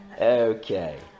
Okay